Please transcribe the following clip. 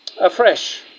Afresh